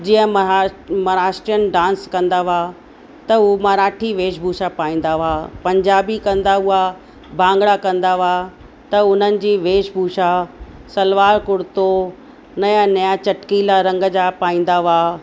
जीअं महाराष्ट्र महारष्ट्रियन डांस कंदा हुआ त हू मराठी वेशभूषा पाईंदा हुआ पंजाबी कंदा हुआ भांगड़ा कंदा हुआ त हुननि जी वेशभूशा सलवार कुरितो नया नया चटकीला रंग जा पाईंदा हुआ